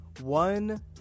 one